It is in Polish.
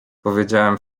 powiedziałem